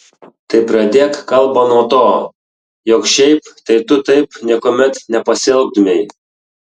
tai pradėk kalbą nuo to jog šiaip tai tu taip niekuomet nepasielgtumei